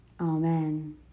Amen